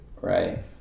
Right